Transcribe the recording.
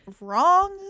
wrong